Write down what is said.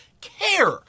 care